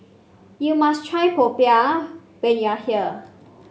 you must try popiah when you are here